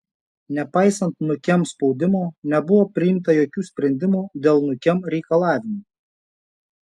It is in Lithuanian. nepaisant nukem spaudimo nebuvo priimta jokių sprendimų dėl nukem reikalavimų